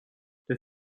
der